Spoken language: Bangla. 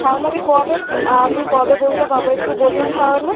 তাহলে আমি কবে আ আমি কবে বইটা পাব একটু বলুন তাহলে